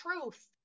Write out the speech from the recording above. truth